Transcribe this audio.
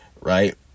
right